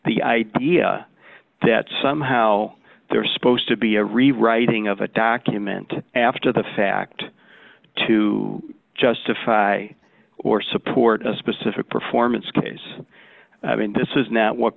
the idea that somehow there are supposed to be a rewriting of a document after the fact to justify or support a specific performance case i mean this is not what